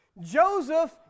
Joseph